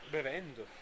Bevendo